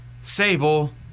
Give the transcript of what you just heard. Sable